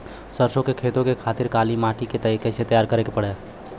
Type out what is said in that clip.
सरसो के खेती के खातिर काली माटी के कैसे तैयार करे के पड़ी?